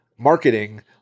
marketing